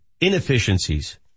inefficiencies